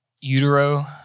Utero